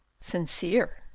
Sincere